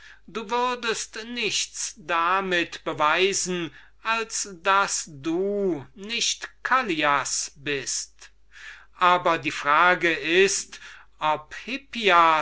du würdest nichts beweisen als daß du nicht callias bist aber die frage ist ob